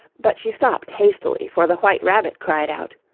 but she stopped hastily, for the white rabbit cried out,